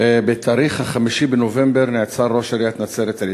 בתאריך 5 בנובמבר נעצר ראש עיריית נצרת-עילית.